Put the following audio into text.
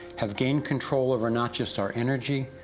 have gained control over not just our energy,